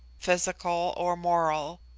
physical or moral.